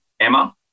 Emma